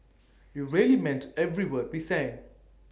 we really meant every word we sang